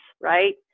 right